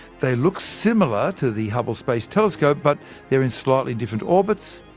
they look similar to the hubble space telescope but they're in slightly different orbits,